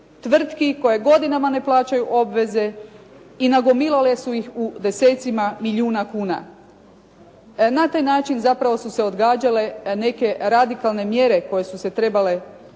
tvrtki koje godinama ne plaćaju obveze i nagomilale su ih u desecima milijuna kuna. Na taj način zapravo su se odgađale neke radikalne mjere koje su se trebale pokrenuti,